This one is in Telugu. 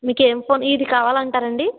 మీకు ఎం ఫోన్ ఇది కావాలంటారా అండి